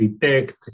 detect